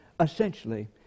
essentially